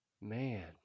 man